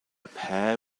pair